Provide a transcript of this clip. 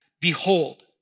Behold